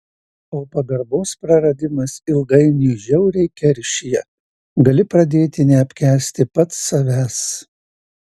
o pagarbos praradimas ilgainiui žiauriai keršija gali pradėti neapkęsti pats savęs